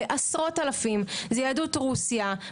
בעשרות אלפים זה יהדות רוסיה,